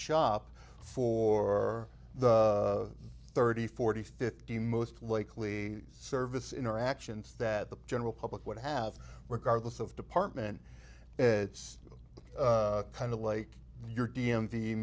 shop for the thirty forty fifty most likely service interactions that the general public would have regardless of department it's kind of like your d